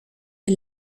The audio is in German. die